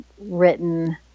written